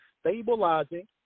stabilizing